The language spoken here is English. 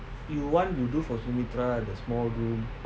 you want to do for sumatra the small room